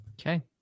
okay